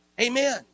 Amen